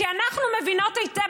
כי אנחנו מבינות היטב,